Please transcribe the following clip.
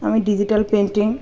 আমি digital painting